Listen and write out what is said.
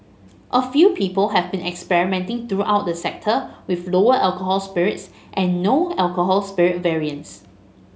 a few people have been experimenting throughout the sector with lower alcohol spirits and no alcohol spirit variants